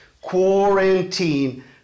Quarantine